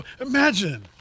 Imagine